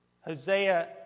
Hosea